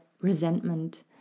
resentment